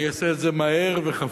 אני אעשה את זה מהר וחפוז,